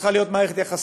צריכה להיות גם מכבדת